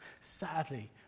Sadly